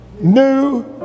new